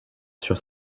sur